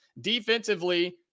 defensively